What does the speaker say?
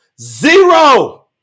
Zero